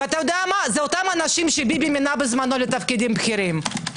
וזה אותם אנשים שביבי מינה בזמנו לתפקידים בכירים.